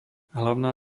hlavná